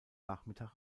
nachmittag